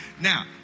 Now